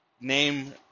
name